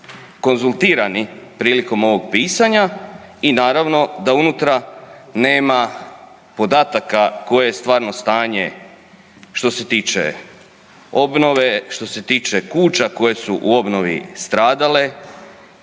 konzultirani prilikom ovog pisanja i naravno da unutra nema podataka koje je stvarno stanje što se tiče obnove, što se tiče kuća koje su u obnovi stradale,